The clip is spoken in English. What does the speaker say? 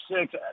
six